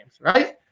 right